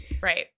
Right